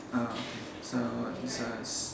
uh okay so this is